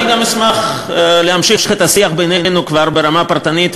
אני גם אשמח להמשיך את השיח בינינו כבר ברמה פרטנית,